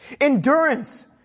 endurance